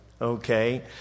Okay